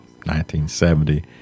1970